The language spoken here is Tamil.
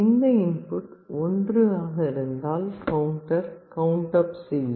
இந்த இன்புட் 1 ஆக இருந்தால் கவுண்டர் கவுண்ட் அப் செய்யும்